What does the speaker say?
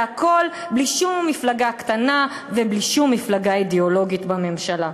והכול בלי שום מפלגה קטנה ובלי שום מפלגה אידיאולוגית בממשלה.